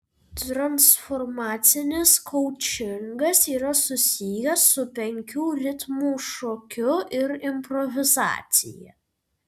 transformacinis koučingas yra susijęs su penkių ritmų šokiu ir improvizacija